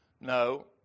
No